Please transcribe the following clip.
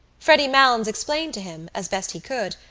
freddy malins explained to him, as best he could,